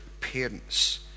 parents